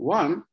one